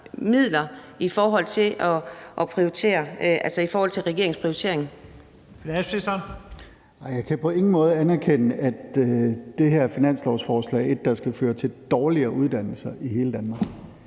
Finansministeren (Nicolai Wammen): Nej, jeg kan på ingen måde anerkende, at det her finanslovsforslag er et, der skal føre til dårligere uddannelser i hele Danmark.